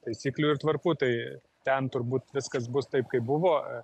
taisyklių ir tvarkų tai ten turbūt viskas bus taip kaip buvo